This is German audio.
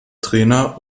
trainer